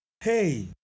hey